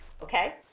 Okay